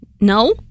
no